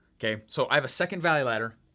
okay, so i have a second value ladder,